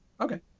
okay